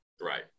Right